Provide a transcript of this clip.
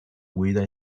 guida